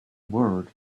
word